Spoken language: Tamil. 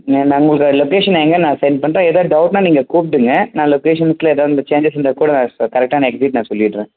மே நான் ஒரு லொக்கேஷனை எங்கேன்னு நான் செண்ட் பண்ணுறேன் ஏதாது டவுட்னா நீங்கள் கூப்பிடுங்க நான் லொக்கேஷன் ரூட்டில் ஏதாது வந்து சேஞ்சஸ் இருந்தால் கூட நான் கரெக்டான எக்ஸிட் நான் சொல்லிடுறேன்